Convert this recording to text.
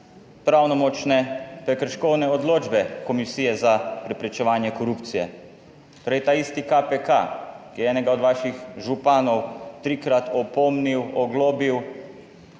pravnomočne prekrškovne odločbe Komisije za preprečevanje korupcije. Torej ta isti KPK, ki je enega od vaših županov trikrat opomnil, oglobil,